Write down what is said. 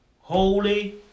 Holy